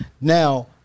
now